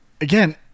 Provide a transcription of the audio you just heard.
again